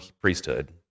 priesthood